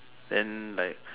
then like